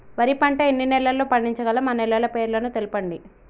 వరి పంట ఎన్ని నెలల్లో పండించగలం ఆ నెలల పేర్లను తెలుపండి?